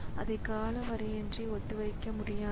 எனவே சில இடமாற்றம் செய்யும்படி கூறப்பட்டது